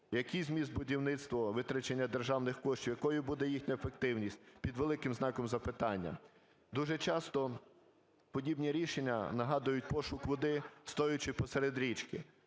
Який зміст будівництва, витрачення державних коштів, якою буде їхня ефективність, під великим знаком запитання. Дуже часто подібні рішення нагадують пошук води, стоячи посеред річки.